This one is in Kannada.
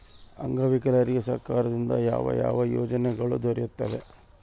ಅಂಗವಿಕಲರಿಗೆ ಸರ್ಕಾರದಿಂದ ಯಾವ ಯಾವ ಯೋಜನೆಗಳು ದೊರೆಯುತ್ತವೆ?